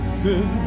sin